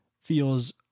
feels